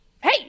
hey